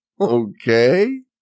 Okay